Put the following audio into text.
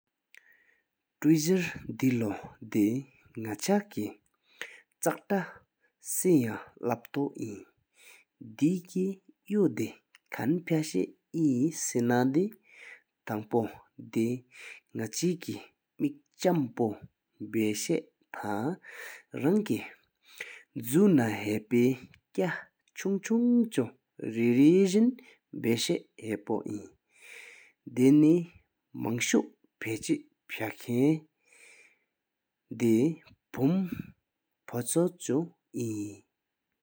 ཐེ་རི་གསར་སྨན་ཆུང་ཆུང་འདི་ནག་ཅ་སྐལ་ཅ་ཏ་སེ་ཡང་ལབ་ལེགས་པོ། དེ་སྐྱིད་ཏོ་དེ་ཁན་ཕ་ཤ་གི་ནས་དེ་ཐང་པོ་དེ་ནག་ཅ་མེད་ཆམ་པོ་བརྟེན་རངས་བྱ་ན་ཧེ་བཀྱང་ཅུ་ཡ་རེ་རེས་བཞག་དེ་འོ་འཛུམ་ཧ་བོ་པོའི་པོ། དེ་ནི་མང་པོ་ཕ་ཅིང་ཕ་ཁིན་གི་ཡོང་དེ་ཕོམ་འབབ་ཐུག་ཞེས་སྐུག།